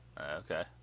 Okay